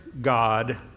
God